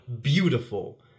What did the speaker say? beautiful